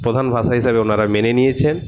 প্রধান ভাষা হিসাবে ওঁরা মেনে নিয়েছেন